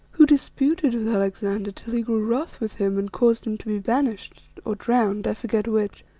who disputed with alexander till he grew wroth with him and caused him to be banished, or drowned i forget which.